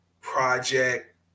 project